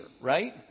right